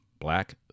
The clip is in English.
black